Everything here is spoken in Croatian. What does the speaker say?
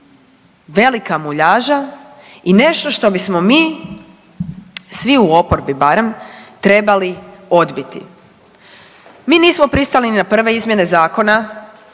velika muljaža i nešto što bismo mi svi, u oporbi barem, trebali odbiti. Mi nismo pristali ni na prve izmjene Zakona,